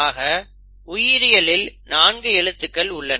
ஆக உயிரியலில் நான்கு எழுத்துக்கள் உள்ளன